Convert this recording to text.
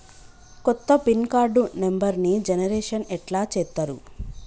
కొత్త pin card నెంబర్ని generation ఎట్లా చేత్తరు?